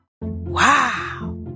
Wow